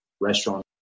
restaurant